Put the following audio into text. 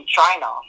China